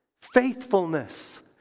faithfulness